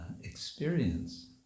experience